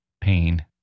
pain